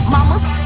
Mamas